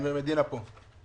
אמיר מדינה כאן.